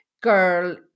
girl